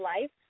life